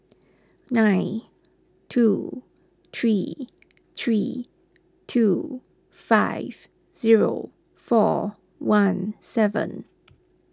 nine two three three two five zero four one seven